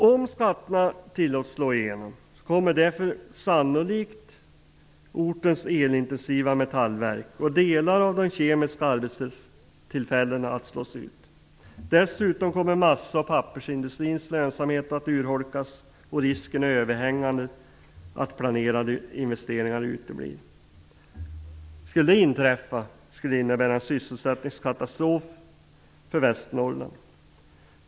Om skatterna tillåts slå igenom kommer därför sannolikt ortens elintensiva metallverk och delar av de kemiska arbetsställena att slås ut. Vidare kommer massa och pappersindustrins lönsamhet att urholkas. Risken är överhängande att planerade investeringar uteblir. Om det inträffar skulle det innebära en sysselsättningskatastrof för Västernorrland.